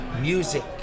music